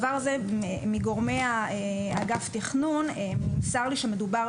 מגורמי אגף תכנון נמסר לי שמדובר